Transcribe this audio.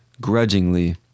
Grudgingly